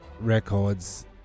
records